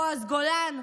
בועז גולן?